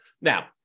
Now